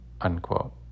Unquote